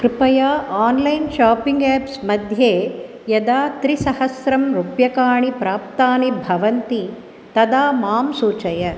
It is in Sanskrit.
कृपया आन्लैन् शापिङ्ग् ऐप्स् मध्ये यदा त्रिसहस्रं रूप्यकाणि प्राप्तानि भवन्ति तदा मां सूचय